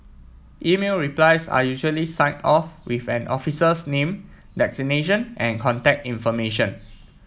email replies are usually signed off with an officer's name designation and contact information